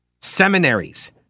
seminaries